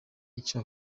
icyo